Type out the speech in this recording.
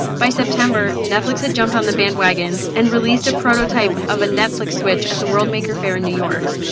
by september, netflix had jumped on the bandwagon and released a prototype of a netflix switch at the world maker fair in new york.